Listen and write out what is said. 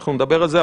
אנחנו נדבר על זה.